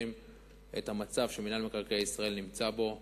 את המצב שמינהל מקרקעי ישראל נמצא בו.